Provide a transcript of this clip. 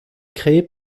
créé